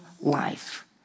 life